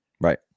Right